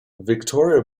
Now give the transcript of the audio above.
victoria